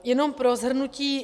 Jenom pro shrnutí.